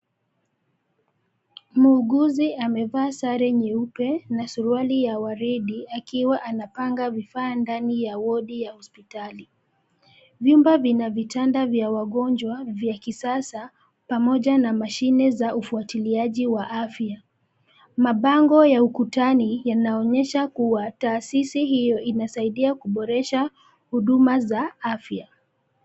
Muuguzi amevaa sare nyeupe na suruali ya waridi akiwa anapanga vifaa ndani ya wadi ya hospitali, vyumba vina vitanda vya wagonjwa vya kisasa pamoja na mashine za ufutiliaji wa afya. Mabango ya ukutani yanaonyesha kuwa taasisi hiyo inasaidia kuboresha huduma za afya.